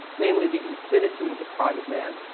namely, the infinitude of the private man.